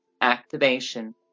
activation